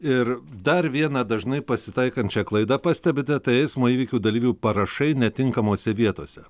ir dar vieną dažnai pasitaikančią klaidą pastebite tai eismo įvykių dalyvių parašai netinkamose vietose